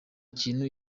kintu